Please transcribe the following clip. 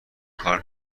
کار